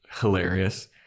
hilarious